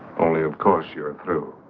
only of course you're through.